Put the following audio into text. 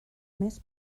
més